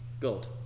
Gold